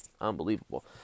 Unbelievable